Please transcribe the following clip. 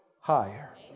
higher